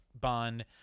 Bond